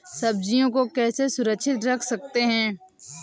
सब्जियों को कैसे सुरक्षित रख सकते हैं?